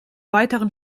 weiteren